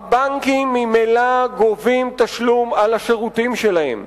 הבנקים ממילא גובים תשלום על השירותים שלהם.